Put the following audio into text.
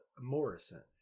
Morrison